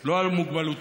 לא על פי מוגבלותו,